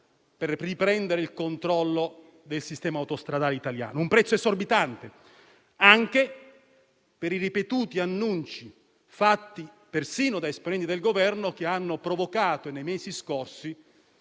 per riprendere il controllo del sistema autostradale italiano; un prezzo esorbitante anche per i ripetuti annunci fatti persino da esponenti del Governo, che hanno provocato nei mesi scorsi